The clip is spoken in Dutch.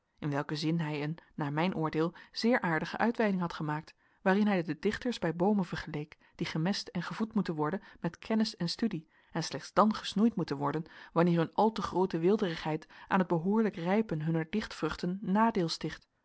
in welken zin hij een naar mijn oordeel zeer aardige uitwijding had gemaakt waarin hij de dichters bij boomen vergeleek die gemest en gevoed moeten worden met kennis en studie en slechts dan gesnoeid moeten worden wanneer hun al te groote weelderigheid aan het behoorlijk rijpen hunner dichtvruchten nadeel sticht